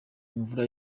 imvura